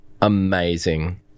amazing